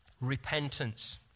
repentance